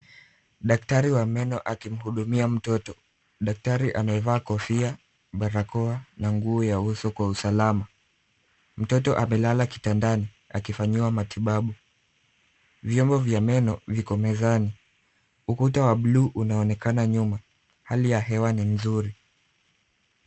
Daktari wa meno akimhudumia mtoto. Daktari amevaa kofia, barakoa na nguo ya uso kwa usalama. Mtoto amelala kitandani akifanyiwa matibabu. Vyombo vya meno viko mezani. Ukuta wa blue unaonekana nyuma. Hali ya hewa ni nzuri.